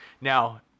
Now